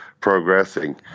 progressing